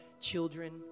children